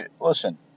Listen